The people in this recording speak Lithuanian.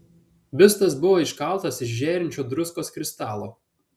biustas buvo iškaltas iš žėrinčio druskos kristalo